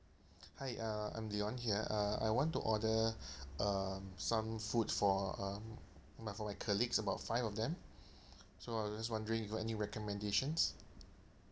hi uh I'm leon here uh I want to order um some food for um my for my colleagues about five of them so I'm just wondering you got any recommendations